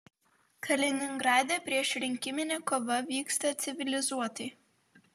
kaliningrade priešrinkiminė kova vyksta civilizuotai